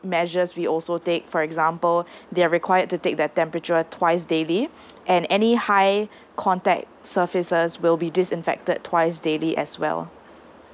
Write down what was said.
measures we also take for example they are required to take their temperature twice daily and any high contact surfaces will be disinfected twice daily as well